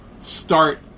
start